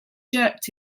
jerked